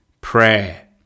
Prayer